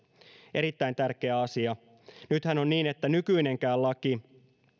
erittäin tärkeä asia nythän on niin että nykyinenkään laki